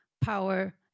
power